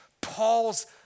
Paul's